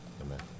Amen